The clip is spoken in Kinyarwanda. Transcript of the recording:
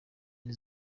nti